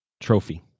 trophy